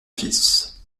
fils